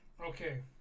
okay